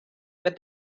but